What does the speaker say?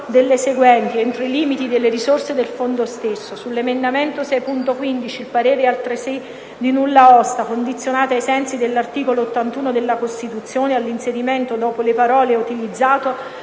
delle seguenti: "entro i limiti delle risorse del fondo stesso"; sull'emendamento 6.15, il parere è altresì di nulla osta, condizionato, ai sensi dell'articolo 81 della Costituzione, all'inserimento, dopo le parole: "è utilizzato",